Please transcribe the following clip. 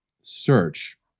search